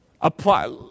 Apply